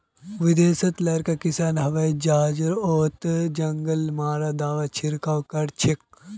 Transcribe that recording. विदेशत बड़का किसान हवाई जहाजओत जंगल मारा दाबार छिड़काव करछेक